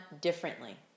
differently